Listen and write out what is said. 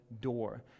door